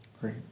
Great